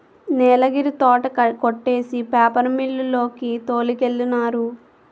నీలగిరి తోట కొట్టేసి paper mill కి తోలికెళ్ళినారు